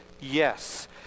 yes